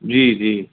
जी जी